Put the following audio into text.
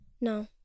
No